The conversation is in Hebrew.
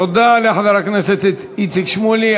תודה לחבר הכנסת איציק שמולי.